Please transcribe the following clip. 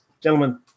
gentlemen